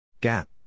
Gap